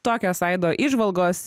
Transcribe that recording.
tokios aido įžvalgos